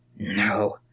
No